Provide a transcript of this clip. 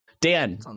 Dan